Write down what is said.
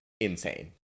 insane